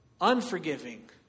unforgiving